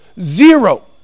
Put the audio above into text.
Zero